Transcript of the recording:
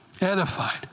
edified